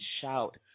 Shout